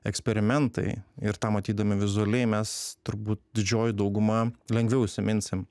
eksperimentai ir tą matydami vizualiai mes turbūt didžioji dauguma lengviau įsiminsim